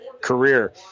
career